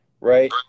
right